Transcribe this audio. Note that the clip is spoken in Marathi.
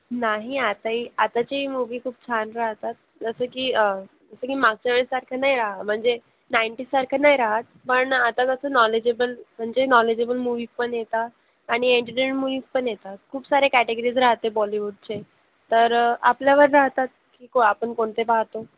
नाही आताही आताची मूव्ही खूप छान राहतात जसं की जसं की मागच्या वेळेसारखं नाही राहत म्हणजे नाईंटीजसारखं नाही राहत पण आता कसं नॉलेजेबल म्हणजे नॉलेजेबल मूवी पण येतात आणि एंटरटेन मूवीज पण येतात खूप सारे कॅटेगरीज राहते बॉलीवूडचे तर आपल्यावर राहतात की को आपण कोणते पाहतो